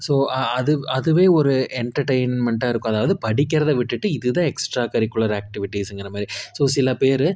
so அ அது அதுவே ஒரு எண்டர்டெயின்மெண்ட்டாக இருக்கும் அதாவது படிக்கிறதை விட்டுவிட்டு இது தான் எக்ஸ்ட்ரா கரிக்குலர் ஆக்டிவிட்டீஸுங்கிற மாதிரி ஸோ சில பேர்